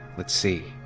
let's see.